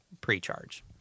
pre-charge